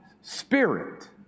Spirit